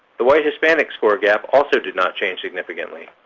the white hispanic score gap also did not change significantly.